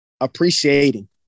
appreciating